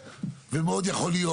לא דין בתי חולים כדין מבנה רגיל.